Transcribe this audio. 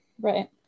right